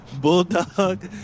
Bulldog